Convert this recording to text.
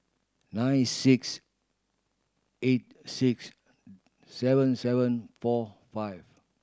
nine six eight six seven seven four five